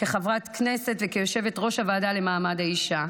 כחברת כנסת וכיושבת-ראש הוועדה למעמד האישה.